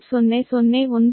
001 q 0